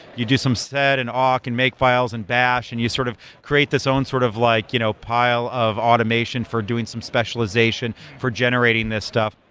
you do some and auc and make files and bash and you sort of create this own sort of like you know pile of automation for doing some specialization for generating this stuff,